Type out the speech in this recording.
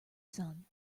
sun